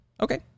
Okay